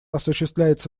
осуществляется